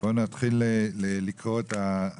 נתחיל לקרוא את הצעת החוק.